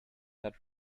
that